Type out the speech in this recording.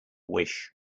wish